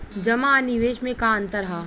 जमा आ निवेश में का अंतर ह?